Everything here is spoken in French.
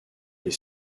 les